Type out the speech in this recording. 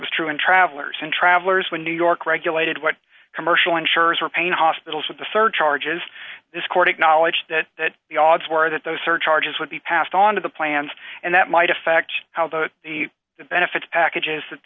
was true in travelers and travelers when new york regulated what commercial insurers were paying hospitals with the surcharges this court acknowledged that that the odds were that those surcharges would be passed on to the plans and that might affect how the the benefits packages that